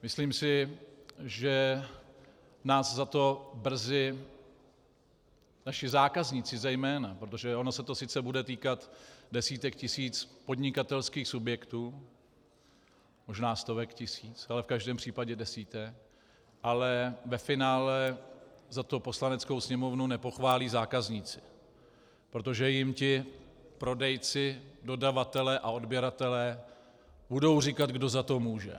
Myslím si, že nás za to brzy naši zákazníci zejména, protože ono se to sice bude týkat desítek tisíc podnikatelských subjektů, možná stovek tisíc, ale v každém případě desítek, ale ve finále za to Poslaneckou sněmovnu nepochválí zákazníci, protože jim prodejci, dodavatelé a odběratelé budou říkat, kdo za to může.